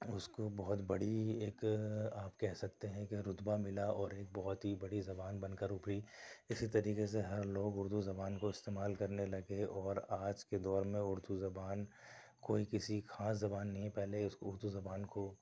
اُس کو بہت بڑی ایک آپ کہہ سکتے ہیں کہ رتبہ ملا اور ایک بہت ہی بڑی زبان بن کر اُبھری اسی طریقے سے ہر لوگ اُردو زبان کو استعمال کرنے لگے اور آج کے دور میں اُردو زبان کوئی کسی خاص زبان نہیں پہلے اِس کو اُردو زبان کو